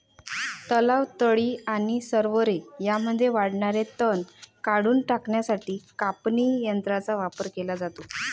तलाव, तळी आणि सरोवरे यांमध्ये वाढणारे तण काढून टाकण्यासाठी कापणी यंत्रांचा वापर केला जातो